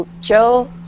Joe